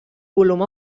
volum